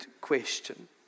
question